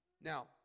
Now